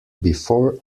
before